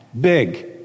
big